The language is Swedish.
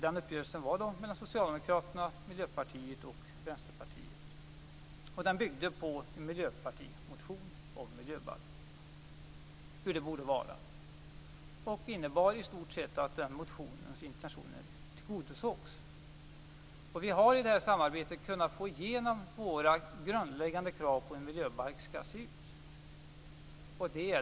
Den uppgörelsen gjordes mellan Socialdemokraterna, Miljöpartiet och Vänsterpartiet. Den byggde på en miljöpartimotion om hur miljöbalken borde vara. Den innebar i stort sett att den motionens intentioner tillgodosågs. Vi har i det här samarbetet kunnat få igenom våra grundläggande krav på hur en miljöbalk skall se ut.